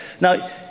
Now